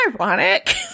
ironic